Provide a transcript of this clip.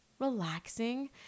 relaxing